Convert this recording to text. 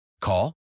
Call